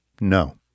no